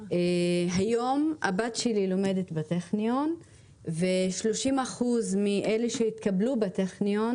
היום הבת שלי לומדת בטכניון ושלושים אחוז מאלה שהתקבלו בטכניון